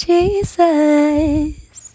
Jesus